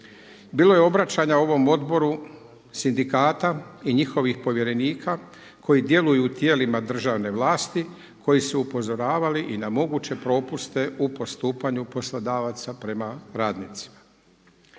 Bilo je obraćanja ovom odboru sindikata i njihovih povjerenika koji djeluju u tijelima državne vlasti koji su upozoravali i na moguće propuste u postupanju poslodavaca prema radnicima.